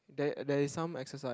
there there is some exercise